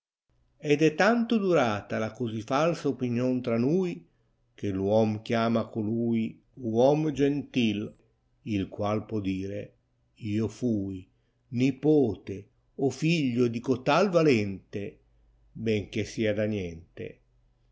ed è tanto darala la così falsa opinion tra nui che r uoio chiama colui uum gentil il qual può dire io fiit nipote o figlio di cotal valente benché sia da niente